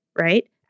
right